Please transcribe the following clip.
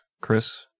Chris